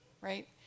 right